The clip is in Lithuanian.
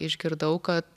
išgirdau kad